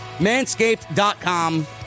Manscaped.com